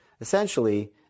essentially